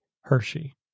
Hershey